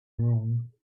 wrong